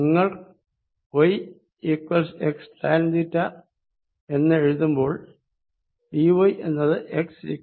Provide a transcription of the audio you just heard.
നിങ്ങൾ y xtanθ എന്ന് പകരം എഴുതുമ്പോൾ dy എന്നത് x sec2θdθ